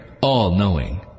all-knowing